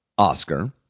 Oscar